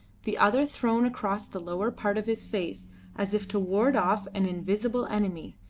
the other thrown across the lower part of his face as if to ward off an invisible enemy,